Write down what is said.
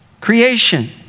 creation